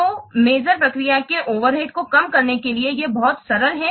तो माप प्रक्रिया के ओवरहेड को कम करने के लिए यह बहुत सरल है